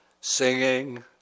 singing